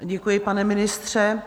Děkuji, pane ministře.